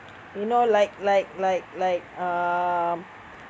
you know like like like like um